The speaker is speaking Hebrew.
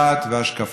דת והשקפה.